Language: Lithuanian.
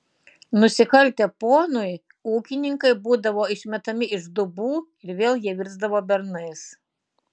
nusikaltę ponui ūkininkai būdavo išmetami iš dubų ir vėl jie virsdavo bernais